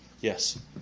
Yes